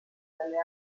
dalle